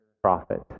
prophet